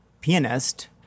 pianist